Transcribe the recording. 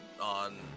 on